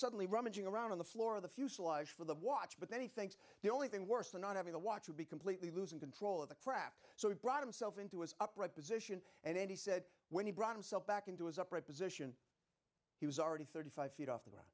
suddenly rummaging around on the floor of the fuselage for the watch but then he thinks the only thing worse than not having a watch would be completely losing control of the craft so he brought himself into his upright position and then he said when he brought him back into his upright position he was already thirty five feet off the ground